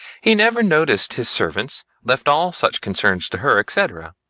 he never noticed his servants, left all such concerns to her, etc.